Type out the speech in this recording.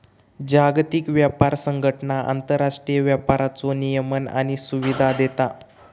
जागतिक व्यापार संघटना आंतरराष्ट्रीय व्यापाराचो नियमन आणि सुविधा देता